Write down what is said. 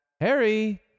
Harry